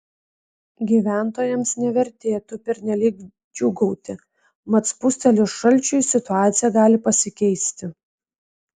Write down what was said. gyventojams nevertėtų pernelyg džiūgauti mat spustelėjus šalčiui situacija gali pasikeisti